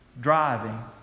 driving